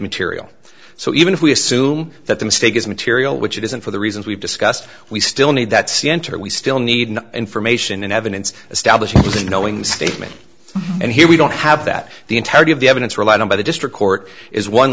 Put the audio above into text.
material so even if we assume that the mistake is material which it isn't for the reasons we've discussed we still need that see enter we still need information and evidence establishes that knowing the statement and here we don't have that the integrity of the evidence relied on by the district court is one